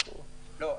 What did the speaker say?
אנחנו --- לא,